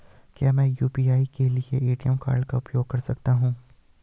क्या मैं यू.पी.आई के लिए ए.टी.एम कार्ड का उपयोग कर सकता हूँ?